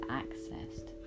accessed